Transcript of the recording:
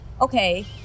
okay